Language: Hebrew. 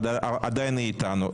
אבל עדיין היא איתנו,